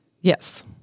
yes